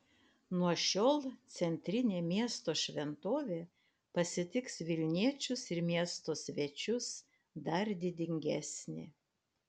nuo šiol centrinė miesto šventovė pasitiks vilniečius ir miesto svečius dar didingesnė